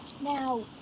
now